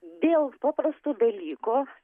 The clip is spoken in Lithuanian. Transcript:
dėl paprasto dalyko